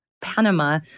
Panama